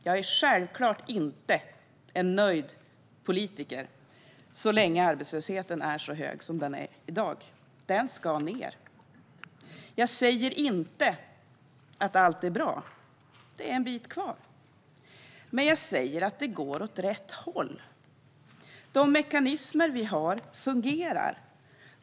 Jag är självklart inte en nöjd politiker så länge arbetslösheten är så hög som den är i dag. Den ska ned. Jag säger inte att allt är bra; det är en bit kvar. Jag säger dock att det går åt rätt håll. De mekanismer som finns fungerar.